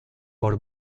por